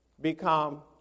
become